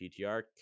ptr